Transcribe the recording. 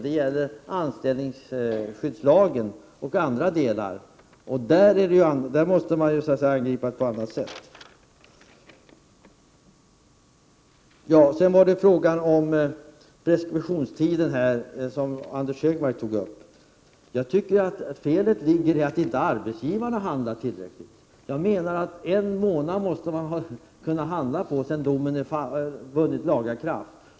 Det gäller anställningsskyddslagen och annat. Det måste dock angripas på annat sätt. Anders G Högmark tog upp preskriptionstiden. Jag tycker att felet ligger i att arbetsgivarna inte handlar tillräckligt snabbt. En månad måste man kunna handla på, sedan domen har vunnit laga kraft.